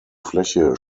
fläche